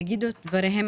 יגידו את דברם,